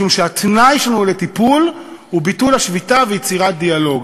משום שהתנאי שלנו לטיפול הוא ביטול השביתה ויצירת דיאלוג.